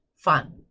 Fun